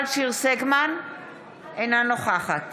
אינה נוכחת